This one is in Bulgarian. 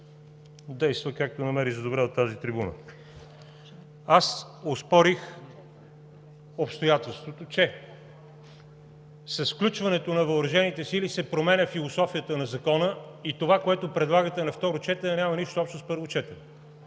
действа както намери за добре от тази трибуна. Аз оспорих обстоятелството, че с включването на въоръжените сили се променя философията на Закона и това, което предлагате на второ четене, няма нищо общо с първо четене